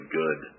good